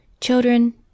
Children